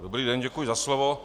Dobrý den, děkuji za slovo.